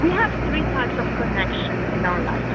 we have three types of connections in our life,